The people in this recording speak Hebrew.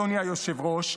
אדוני היושב-ראש,